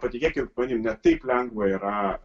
patikėkit manim ne taip lengva yra